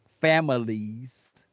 families